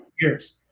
years